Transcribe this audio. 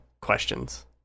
questions